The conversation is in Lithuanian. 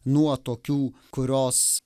nuo tokių kurios